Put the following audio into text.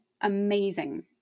amazing